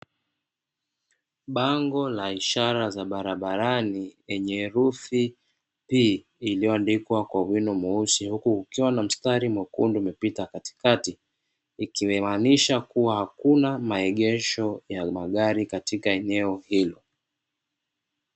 Bango la ishara za barabarani lenye herufi 'P' iliyoandikwa kwa wino mweusi huku kukiwa na mstari mwekundu uliopita katikati, ikimaanisha kuwa hakuna eneo la maegesho ya magari katika eneo hilo.